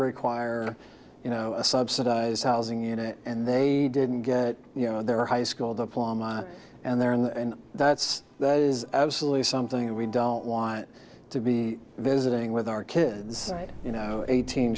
require you know a subsidized housing unit and they didn't get it you know their high school diploma and their and that's that is absolutely something that we don't want to be visiting with our kids you know eighteen